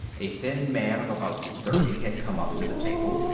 a thin man of about thirty had come up to the table,